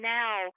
now